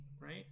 right